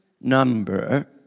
number